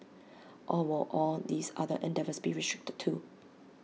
or will all these other endeavours be restricted too